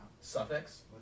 Suffix